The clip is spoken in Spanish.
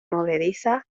movediza